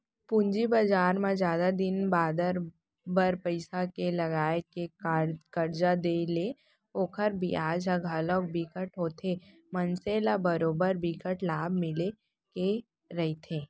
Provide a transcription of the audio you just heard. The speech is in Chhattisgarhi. पूंजी बजार म जादा दिन बादर बर पइसा के लगाय ले करजा देय ले ओखर बियाज ह घलोक बिकट होथे मनसे ल बरोबर बिकट लाभ मिले के रहिथे